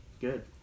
Good